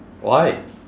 why